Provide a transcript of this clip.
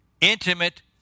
Intimate